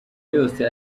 yose